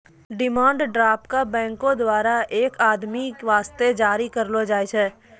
demand draft क बैंको द्वारा एक आदमी वास्ते जारी करलो जाय छै